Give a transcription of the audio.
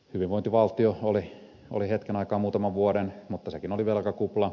hyvinvointivaltio oli hetken aikaa muutaman vuoden mutta sekin oli velkakupla